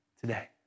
today